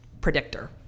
predictor